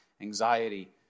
anxiety